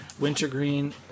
wintergreen